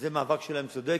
המאבק שלהם צודק.